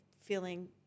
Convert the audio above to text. feeling